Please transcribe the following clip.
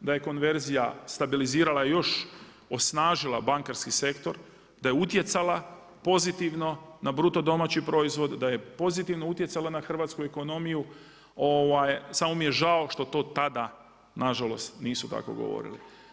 da je konverzija stabilizirala još osnažila bankarski sektor, da je utjecala pozitivno na BDP, da je pozitivno utjecala na hrvatsku ekonomiju, samo mi je žao što to tada nažalost nisu tako govorili.